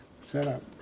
setup